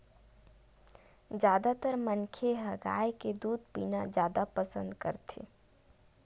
जादातर मनखे ह गाय के दूद पीना जादा पसंद करथे